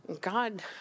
God